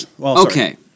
Okay